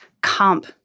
comp